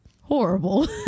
horrible